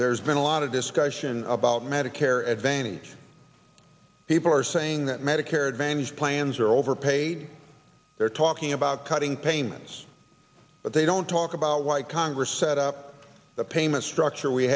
there's been a lot of discussion about medicare advantage people are saying that medicare advantage plans are overpaid they're talking about cutting payments but they don't talk about why congress set up the payment structure we